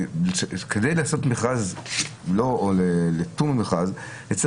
כדי לעשות מכרז או פטור ממכרז אלה